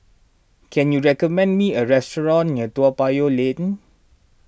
can you recommend me a restaurant near Toa Payoh Lane